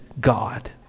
God